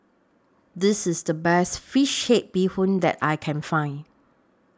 This IS The Best Fish Head Bee Hoon that I Can Find